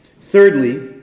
Thirdly